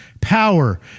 power